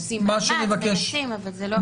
עושים מאמץ, מנסים, אבל זה לא תמיד.